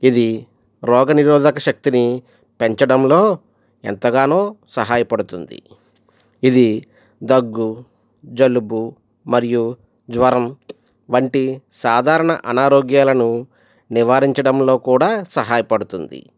ఇది రోగనిరోధక శక్తిని పెంచడంలో ఎంతగానో సహాయపడుతుంది ఇది దగ్గు జలుబు మరియు జ్వరం వంటి సాధారణ అనారోగ్యాలను నివారించడంలో కూడా సహాయపడుతుంది